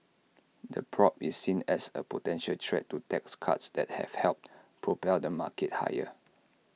the probe is seen as A potential threat to tax cuts that have helped propel the market higher